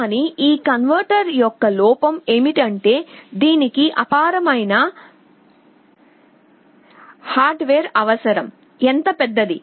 కానీ ఈ కన్వర్టర్ యొక్క లోపం ఏమిటంటే దీనికి అపారమైన హార్డ్వేర్ అవసరం ఎంత పెద్దది